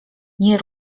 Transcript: nie